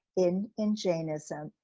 in in jainism,